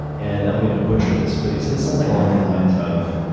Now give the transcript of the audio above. and i'm gonna butcher this. but he said something along the lines of